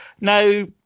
Now